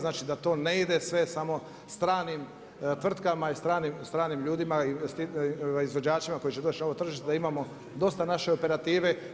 Znači da to ne ide sve samo stranim tvrtkama i stranim ljudima i izvođačima koji će doći na ovo tržište da imamo dosta naše operative.